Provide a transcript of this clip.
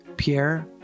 Pierre